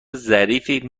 ظریفی